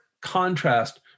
contrast